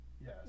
Yes